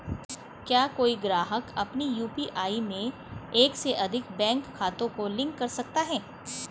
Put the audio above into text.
क्या कोई ग्राहक अपने यू.पी.आई में एक से अधिक बैंक खातों को लिंक कर सकता है?